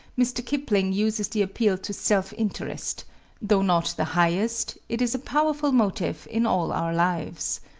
mr. kipling uses the appeal to self-interest though not the highest, it is a powerful motive in all our lives.